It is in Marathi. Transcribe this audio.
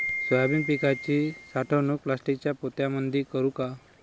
सोयाबीन पिकाची साठवणूक प्लास्टिकच्या पोत्यामंदी करू का?